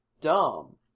dumb